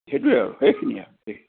সেইটোৱেই আৰু সেইখিনিয়ে আৰু সেই